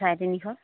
চাৰে তিনিশ